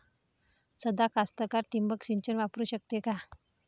सादा कास्तकार ठिंबक सिंचन वापरू शकते का?